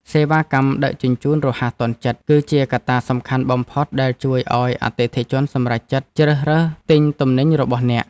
សេវាកម្មដឹកជញ្ជូនរហ័សទាន់ចិត្ត គឺជាកត្តាសំខាន់បំផុតដែលជួយឱ្យអតិថិជនសម្រេចចិត្តជ្រើសរើសទិញទំនិញរបស់អ្នក។